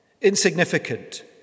insignificant